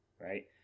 right